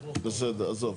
טוב, בסדר, עזוב.